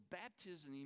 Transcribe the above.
baptism